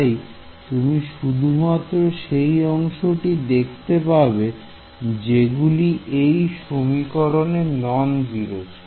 তাই তুমি শুধুমাত্র সেই অংশটি দেখতে পাবে যেগুলি এই সমীকরণ এ নন জিরো